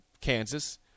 Kansas